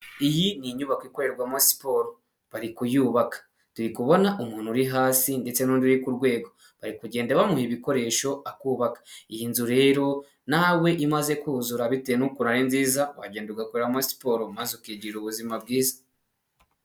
Iyi ni inyubako ikorerwamo siporo bari kuyubaka, turi kubona umuntu uri hasi ndetse n'undi uri ku rwego, bari kugenda bamuha ibikoresho akubaka, iyi nzu rero nawe imaze kuzura bitewe n'uko ari nziza wagenda ugakoreramo siporo maze ukigira ubuzima bwiza.